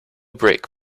break